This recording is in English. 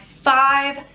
five